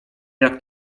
jak